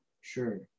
Sure